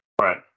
Right